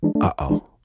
Uh-oh